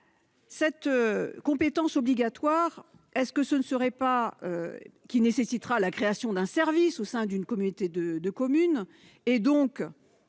cette compétence obligatoire. De plus, ce transfert nécessitera la création d'un service au sein d'une communauté de communes,